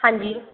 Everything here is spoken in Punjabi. ਹਾਂਜੀ